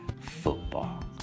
football